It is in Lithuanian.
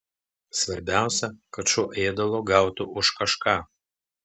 svarbiausia kad šuo ėdalo gautų už kažką